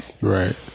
right